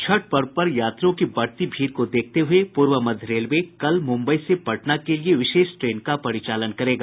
छठ पर्व पर यात्रियों की बढ़ती भीड़ को देखते हुये पूर्व मध्य रेलवे कल मुम्बई से पटना के लिए विशेष ट्रेन का परिचालन करेगा